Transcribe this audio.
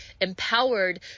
empowered